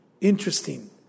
Interesting